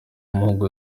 w’umuhungu